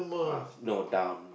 uh no down